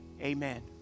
amen